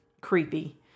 creepy